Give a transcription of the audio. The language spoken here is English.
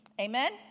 Amen